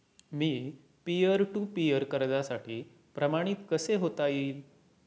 Me peer to peer कर्जासाठी प्रमाणित कसे होता येईल?